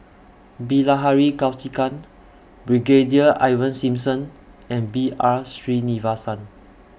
Bilahari Kausikan Brigadier Ivan Simson and B R Sreenivasan